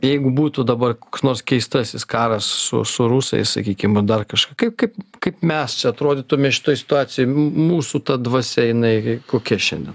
jeigu būtų dabar koks nors keistasis karas su su rusais sakykim dar kaša kaip kaip kaip mes čia atrodytume šitoj situacijoj mūsų ta dvasia jinai kokia šiandien